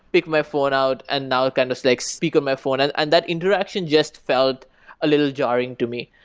pick my phone out and now kind of like speak on my phone, and and that interaction just felt a little jarring to me.